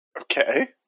Okay